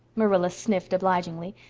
marilla sniffed obligingly,